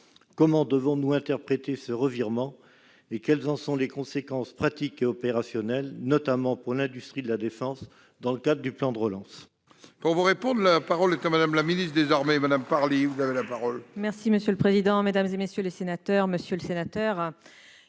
Comment devons-nous interpréter ce revirement ? Quelles en sont les conséquences pratiques et opérationnelles, notamment pour l'industrie de la défense, dans le cadre du plan de relance ?